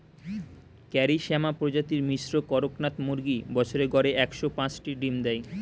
কারি শ্যামা প্রজাতির মিশ্র কড়কনাথ মুরগী বছরে গড়ে একশ পাঁচটি ডিম দেয়